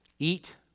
Eat